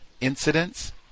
incidents